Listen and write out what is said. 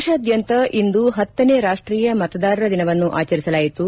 ದೇಶಾದ್ಯಂತ ಇಂದು ಪತ್ತನೇ ರಾಷ್ಟೀಯ ಮತದಾರರ ದಿನವನ್ನು ಆಚರಿಸಲಾಯಿತು